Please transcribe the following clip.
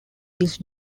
this